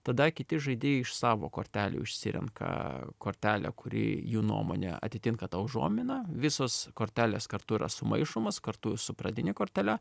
tada kiti žaidėjai iš savo kortelių išsirenka kortelę kuri jų nuomone atitinka tą užuominą visos kortelės kartu yra sumaišomos kartu su pradine kortele